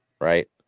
right